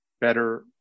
better